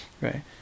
right